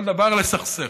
כל דבר לסכסך,